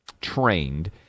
trained